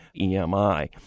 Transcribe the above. EMI